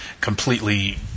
completely